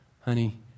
Honey